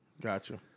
Gotcha